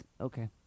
Okay